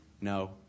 No